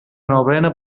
novena